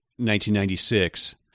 1996